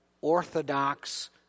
orthodox